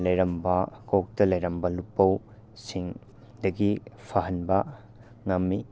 ꯂꯩꯔꯝꯕ ꯀꯣꯛꯇ ꯂꯩꯔꯝꯕ ꯂꯨꯄꯧꯁꯤꯡꯗꯒꯤ ꯐꯍꯟꯕ ꯉꯝꯃꯤ